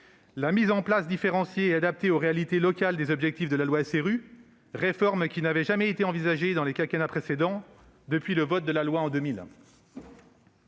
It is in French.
la mise en oeuvre différenciée et adaptée aux réalités locales des objectifs de la loi SRU, réforme qui n'avait jamais été envisagée durant les quinquennats précédents depuis le vote de la loi en 2000,